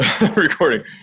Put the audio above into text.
recording